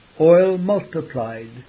oil-multiplied